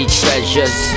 treasures